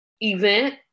event